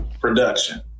production